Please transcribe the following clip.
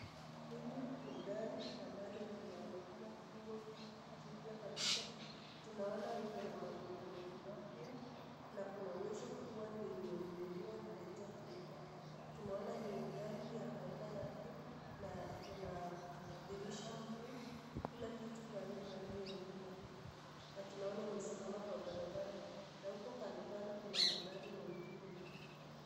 Hili ni gari ambalo linaonekana kuwa jipya kabisa, tunaona liko na magurudumu mapya na kuna uwezo kuwa ndio imenunuliwa na haijatumika, tunaona ni gari ya aina yake na iko na dirisha mpya, kila kitu kwa hii gari ni mpya na tunaona imesimama kwa barabara na huko kandokando kuna magari mengine.